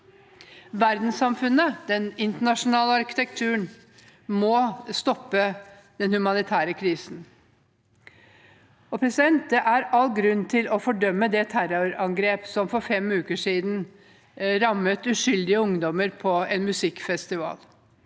Verdenssamfunnet, den internasjonale arkitekturen, må stoppe den humanitære krisen. Det er all grunn til å fordømme det terrorangrepet som for fem uker siden rammet uskyldige ungdommer på en musikkfestival.